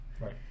Right